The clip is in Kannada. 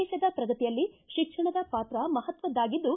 ದೇಶದ ಪ್ರಗತಿಯಲ್ಲಿ ಶಿಕ್ಷಣದ ಪಾತ್ರ ಮಹತ್ವದ್ದಾಗಿದ್ದು